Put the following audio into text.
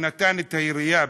שנתן את הירייה,